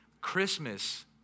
Christmas